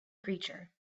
creature